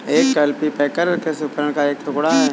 एक कल्टीपैकर कृषि उपकरण का एक टुकड़ा है